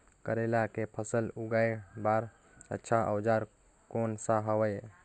करेला के फसल उगाई बार अच्छा औजार कोन सा हवे?